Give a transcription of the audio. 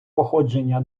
походження